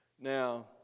Now